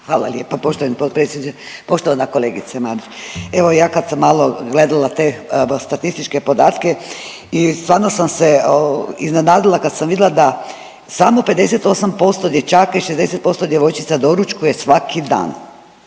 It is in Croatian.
potpredsjedniče. Poštovana kolegice, evo ja kad sam malo gledala te statističke podatke i stvarno sam se iznenadila kad sam vidla da samo 58% dječaka i 60% djevojčica doručkuje svaki dan.